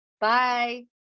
Bye